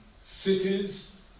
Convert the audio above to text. cities